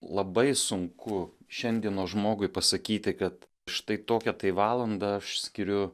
labai sunku šiandienos žmogui pasakyti kad štai tokią valandą aš skiriu